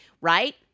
right